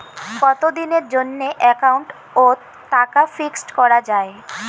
কতদিনের জন্যে একাউন্ট ওত টাকা ফিক্সড করা যায়?